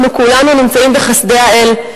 אנחנו כולנו נמצאים בחסדי האל,